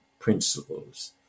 principles